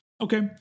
Okay